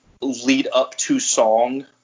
lead-up-to-song